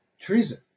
treason